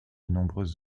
nombreuses